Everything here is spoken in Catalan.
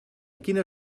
quina